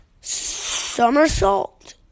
somersault